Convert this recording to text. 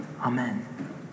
Amen